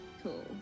Cool